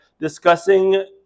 discussing